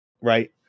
right